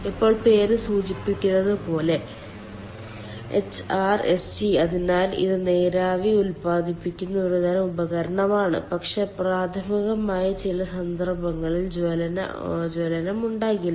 ഇപ്പോൾ പേര് സൂചിപ്പിക്കുന്നത് പോലെ HRSG അതിനാൽ ഇത് നീരാവി ഉൽപ്പാദിപ്പിക്കുന്ന ഒരുതരം ഉപകരണമാണ് പക്ഷേ പ്രാഥമികമായി ചില സന്ദർഭങ്ങളിൽ ജ്വലനം ഉണ്ടാകില്ല